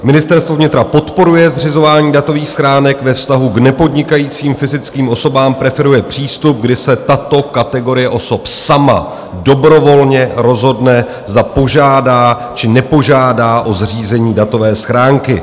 Ministerstvo vnitra podporuje zřizování datových schránek ve vztahu k nepodnikajícím fyzickým osobám, preferuje přístup, kdy se tato kategorie osob sama dobrovolně rozhodne, zda požádá, či nepožádá o zřízení datové schránky.